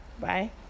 Bye